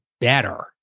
better